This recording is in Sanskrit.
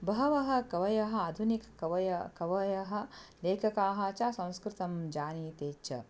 बहवः कवयः आधुनिक्कवय कवयः लेखकाः च संस्कृतं जानीते च